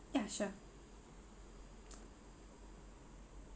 yeah sure